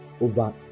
Over